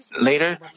later